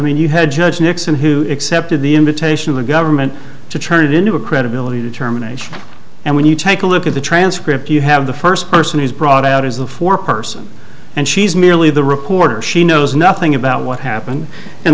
mean you had judge nixon who accepted the invitation of the government to turn it into a credibility determination and when you take a look at the transcript you have the first person he's brought out is the four person and she's merely the recorder she knows nothing about what happened